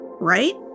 Right